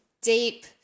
deep